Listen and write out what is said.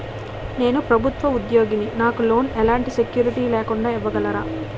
నేను ప్రభుత్వ ఉద్యోగిని, నాకు లోన్ ఎలాంటి సెక్యూరిటీ లేకుండా ఇవ్వగలరా?